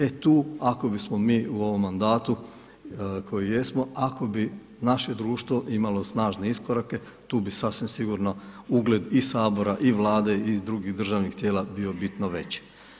E tu ako bismo mi u ovom mandatu koji jesmo, ako bi naše društvo imalo snažne iskorake, tu bi sasvim sigurno ugled i Sabora i Vlade i drugih državnih tijela bio bitno veći.